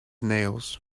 nails